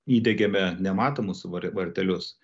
įdiegėme nematomus vartelius